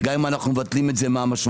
גם אם אנחנו מבטלים את זה מה המשמעות.